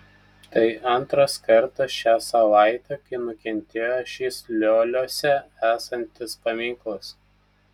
tai antras kartas šią savaitę kai nukentėjo šis lioliuose esantis paminklas